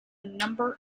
number